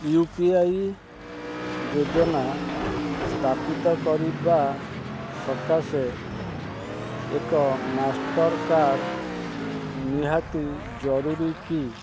you P I ଯୋଜନା ସ୍ଥାପିତ କରିବା ସକାଶେ ଏକ ମାଷ୍ଟର୍ କାର୍ଡ଼୍ ନିହାତି ଜରୁରୀ କି